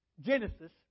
Genesis